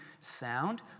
sound